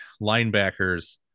Linebackers